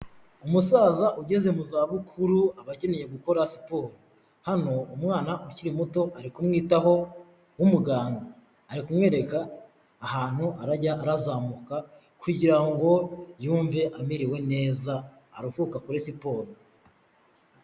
Umusaza ugeze mu za bukuru aba akeneye gukora siporo, hano umwana ukiri muto ari kumwitaho w'umuganga ari kumwereka ahantu arajya arazamuka kugira ngo yumve amerewe neza aruhuka akore siporo.